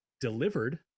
delivered